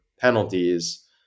penalties